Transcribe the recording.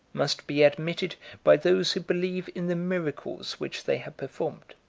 must be admitted by those who believe in the miracles which they have performed.